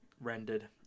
rendered